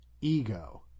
ego